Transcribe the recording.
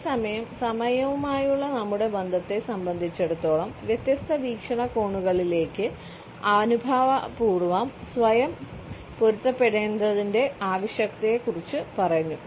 അതേസമയം സമയവുമായുള്ള നമ്മുടെ ബന്ധത്തെ സംബന്ധിച്ചിടത്തോളം വ്യത്യസ്ത വീക്ഷണകോണുകളിലേക്ക് അനുഭാവപൂർവ്വം സ്വയം പൊരുത്തപ്പെടേണ്ടതിന്റെ ആവശ്യകതയെക്കുറിച്ച് പറയുന്നു